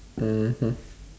mmhmm